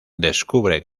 descubre